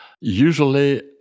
Usually